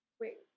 Wait